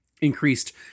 Increased